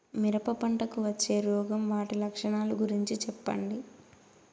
మిరప పంటకు వచ్చే రోగం వాటి లక్షణాలు గురించి చెప్పండి?